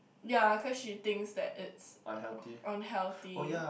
yeah cause she thinks that it's uh unhealthy